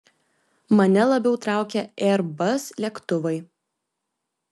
mane labiau traukia airbus lėktuvai